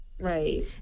Right